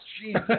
Jesus